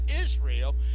Israel